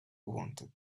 wanted